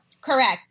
correct